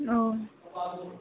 औ